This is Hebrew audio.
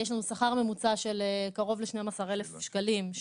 יש לנו שכר ממוצע של קרוב ל-12,000 שקלים,